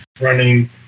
running